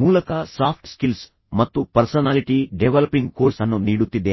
ಮೂಲಕ soft skills ಮತ್ತು personality developing course ಅನ್ನು ನೀಡುತ್ತಿದ್ದೇನೆ